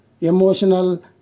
emotional